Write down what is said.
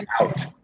out